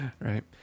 right